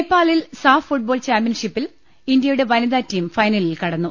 നേപ്പാളിൽ SAFF football ചാമ്പ്യൻഷിപ്പിൽ ഇന്ത്യയുടെ വനിത ടീം ഫൈനലിൽ കടന്നു